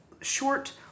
short